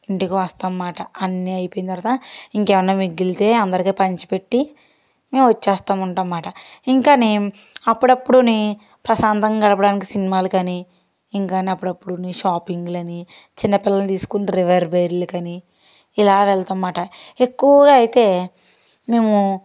ఇంటికి వస్తాం అన్నమాట అన్నీ అయిపోయిన తర్వాత ఇంకేమన్నా మిగిలితే అందరికి పంచిపెట్టి మేము వస్తా ఉంటాం అన్నమాట ఇంకా అప్పుడప్పుడు ప్రశాంతంగా గడపడానికి సినిమాలుకని ఇంకా అప్పుడప్పుడు షాపింగ్ల కని చిన్నపిల్లల్ని తీసుకొ రివర్ బేర్లుకని ఇలా వెళ్తాం అన్నమాట ఎక్కువగా అయితే మేము